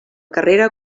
carrera